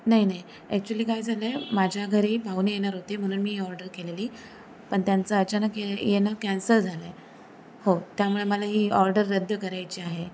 नाही नाही ॲक्च्युली काय झालं आहे माझ्या घरी पाहुणे येणार होते म्हणून मी ऑर्डर केलेली पण त्यांचं अचानक ये येणं कॅन्सल झालं आहे हो त्यामुळे मला ही ऑर्डर रद्द करायची आहे